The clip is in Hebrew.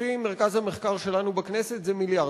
לפי מרכז המחקר שלנו בכנסת זה מיליארד.